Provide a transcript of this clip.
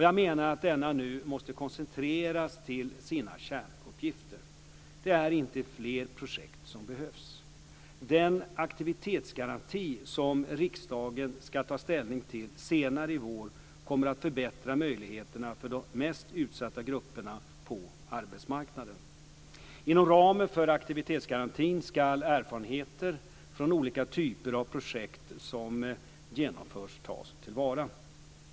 Jag menar att denna nu måste koncentreras till sina kärnuppgifter. Det är inte fler projekt som behövs. Den aktivitetsgaranti som riksdagen ska ta ställning till senare i vår kommer att förbättra möjligheterna för de mest utsatta grupperna på arbetsmarknaden. Inom ramen för aktivitetsgarantin ska erfarenheter från olika typer av projekt som genomförts tas till vara.